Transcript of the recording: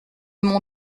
mon